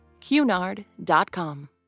Cunard.com